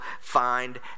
find